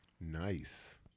Nice